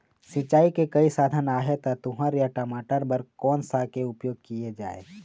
सिचाई के कई साधन आहे ता तुंहर या टमाटर बार कोन सा के उपयोग किए जाए?